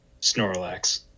Snorlax